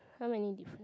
how many difference